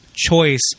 choice